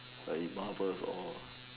in marvellous awe